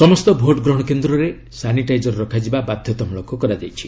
ସମସ୍ତ ଭୋଟ ଗ୍ରହଣ କେନ୍ଦ୍ରରେ ସାନିଟାଇଜର ରଖାଯିବା ବାଧ୍ୟତାମୂଳକ କରାଯାଇଛି